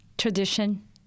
Tradition